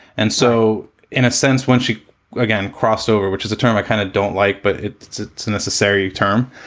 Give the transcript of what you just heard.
and so in a sense, when she again, crossover, which is a term i kind of don't like, but it's it's a necessary term.